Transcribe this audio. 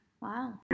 Wow